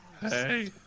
Hey